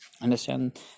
understand